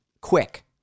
quick